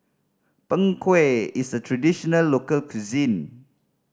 Png Kueh is a traditional local cuisine